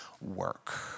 work